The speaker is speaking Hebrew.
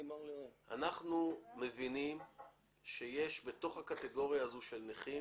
אנחנו מבינים שיש בתוך הקטגוריה הזאת של נכים